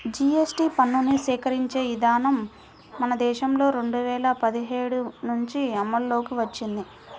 GST పన్నుని సేకరించే విధానం మన దేశంలో రెండు వేల పదిహేడు నుంచి అమల్లోకి వచ్చింది